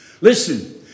Listen